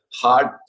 hard